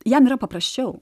jam yra paprasčiau